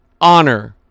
honor